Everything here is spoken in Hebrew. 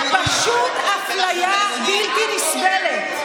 פשוט אפליה בלתי נסבלת.